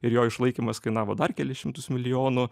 ir jo išlaikymas kainavo dar kelis šimtus milijonų